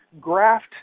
graft